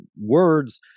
words